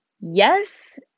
Yes